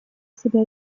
себя